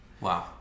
Wow